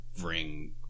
ring